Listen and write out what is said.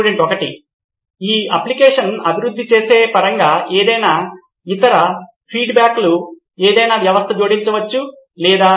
student 1 ఈ అప్లికేషన్ను అభివృద్ధి చేసే పరంగా ఏదైనా ఇతర ఫీడ్బ్యాక్లు ఏదైన వ్యవస్థను జోడించవచ్చు లేదా